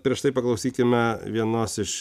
prieš tai paklausykime vienos iš